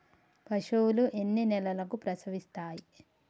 పశువులు ఎన్ని నెలలకు ప్రసవిస్తాయి?